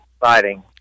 exciting